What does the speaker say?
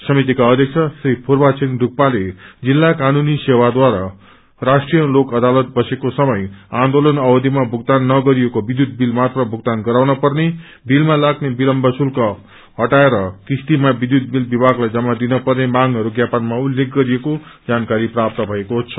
समितिका अध्यक्ष श्री फूर्वा छिरीङ डुक्पाले जिल्ला कानूनी सेवाझरा राष्ट्रिय लोक अदालत बसेको समय आन्दोलन अवधिमा भुगतान नगरिएको विष्यूत बील मात्र भुगतान गराउन पर्ने बीलमा लाग्ने विलम्ब शुल्क हटाएर किस्तीमा विष्यूत बील विभाग्लाई जमा दिन पर्ने मांगहरू ज्ञापनमा उल्लेख गरिएको जानकारी प्राप्त भएको छ